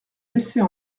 laisser